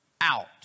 out